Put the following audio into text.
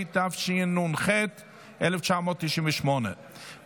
התשנ"ח 1998,